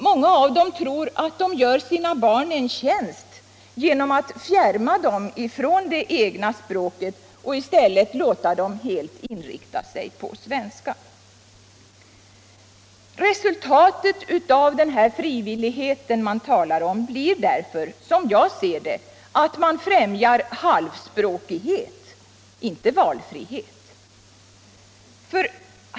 Många av dem tror att de gör sina barn en tjänst genom att fjärma dem från det egna språket och i stället låta dem helt inrikta sig på svenskan. Resultatet av den frivillighet man talar om blir därför, som jag ser det, att man främjar halvspråkighet, inte valfrihet.